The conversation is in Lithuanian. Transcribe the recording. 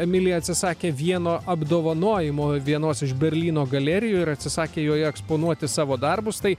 emilija atsisakė vieno apdovanojimo vienos iš berlyno galerijų ir atsisakė joje eksponuoti savo darbus tai